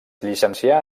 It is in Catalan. llicencià